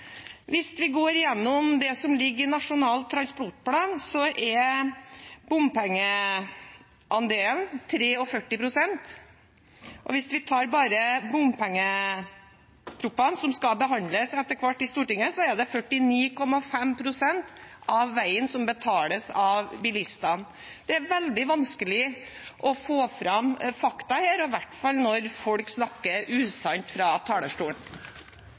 Hvis man går igjennom det som ligger i Nasjonal transportplan, er bompengeandelen på 43 pst. Hvis man tar bare bompengeproposisjonene, som skal behandles etter hvert her i Stortinget, er det 49,5 pst. av veiene som betales av bilistene. Det er veldig vanskelig å få fram fakta her, i hvert fall når folk snakker usant fra talerstolen.